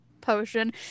potion